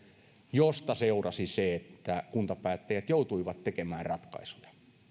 mistä seurasi se että kuntapäättäjät joutuivat tekemään ratkaisuja